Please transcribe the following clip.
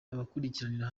abakurikiranira